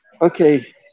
Okay